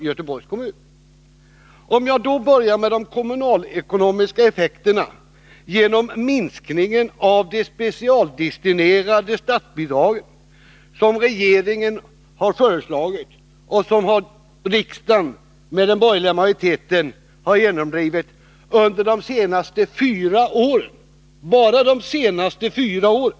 Jag börjar då med de kommunalekonomiska effekterna av den minskning av de specialdestinerade statsbidragen som regeringen har föreslagit och riksdagens borgerliga majoritet har genomdrivit bara under de senaste fyra åren.